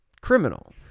criminal